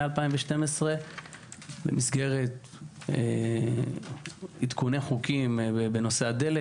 2012. במסגרת עדכוני חוקים בנושא הדלק,